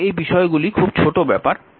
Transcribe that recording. পরের এই বিষয়গুলি খুব ছোট ব্যাপার